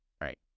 Right